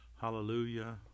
hallelujah